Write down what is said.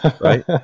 right